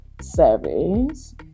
Service